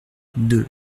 deux